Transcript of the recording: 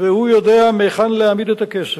והוא יודע מהיכן להעמיד את הכסף.